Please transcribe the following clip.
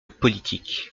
politique